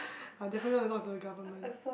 I'll definitely not to talk to the government